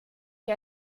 dir